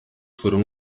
foram